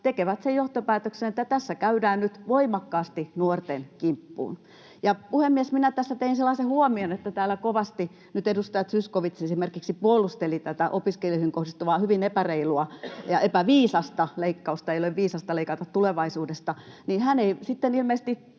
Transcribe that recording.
tekevät sen johtopäätöksen, että tässä käydään nyt voimakkaasti nuorten kimppuun. Puhemies! Minä tässä tein sellaisen huomion, kun täällä kovasti nyt edustaja Zyskowicz esimerkiksi puolusteli tätä opiskelijoihin kohdistuvaa hyvin epäreilua ja epäviisasta leikkausta — ei ole viisasta leikata tulevaisuudesta — että hän ei ilmeisesti